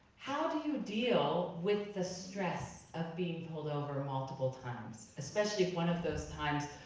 how do you deal with the stress of being pulled over multiple times? especially if one of those times,